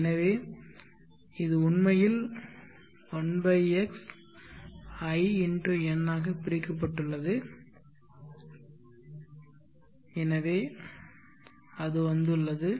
எனவே இது உண்மையில் 1 x i × n ஆக பிரிக்கப்பட்டுள்ளது எனவே அது வந்துள்ளது